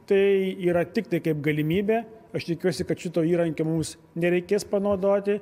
tai yra tiktai kaip galimybė aš tikiuosi kad šito įrankio mums nereikės panaudoti